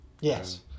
Yes